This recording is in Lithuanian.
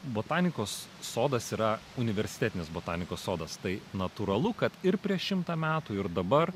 botanikos sodas yra universitetinis botanikos sodas tai natūralu kad ir prieš šimtą metų ir dabar